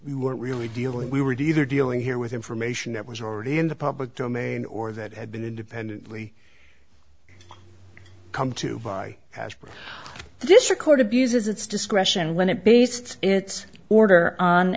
were really dealing we were to either dealing here with information that was already in the public domain or that had been independently come to by this record abuses its discretion when it based its order on